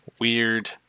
weird